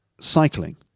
cycling